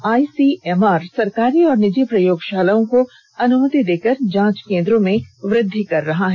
ICMR सरकारी और निजी प्रयोगशालाओं को अनुमति देकर जांच केन्द्रों में वृद्धि कर रहा है